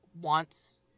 wants